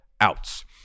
outs